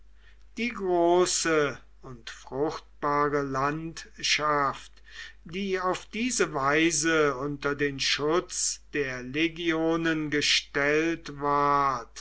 die große und fruchtbare landschaft die auf diese weise unter den schutz der legionen gestellt ward